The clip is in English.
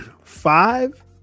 five